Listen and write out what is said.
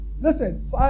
Listen